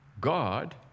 God